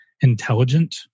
intelligent